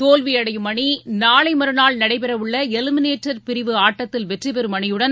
தோல்வியடையும் அணி நாளை மறுநாள் நடைபெறவுள்ள எலிமினேட்டர் பிரிவு ஆட்டத்தில் வெற்றிபெறும் அணியுடன்